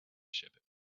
shepherd